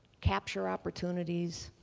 capture opportunities,